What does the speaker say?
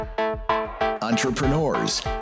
Entrepreneurs